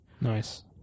Nice